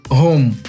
home